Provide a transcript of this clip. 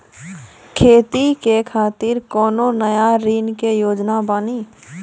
खेती के खातिर कोनो नया ऋण के योजना बानी?